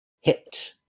hit